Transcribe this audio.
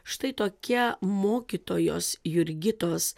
štai tokia mokytojos jurgitos